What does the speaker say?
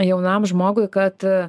jaunam žmogui kad